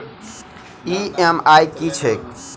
EMI की छैक?